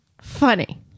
funny